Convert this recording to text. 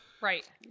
Right